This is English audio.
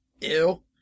Ew